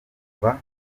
uva